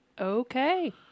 Okay